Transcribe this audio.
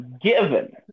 given